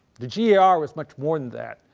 the gar was much more than that.